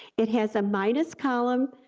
it has a minus column,